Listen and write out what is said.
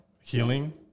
healing